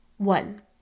One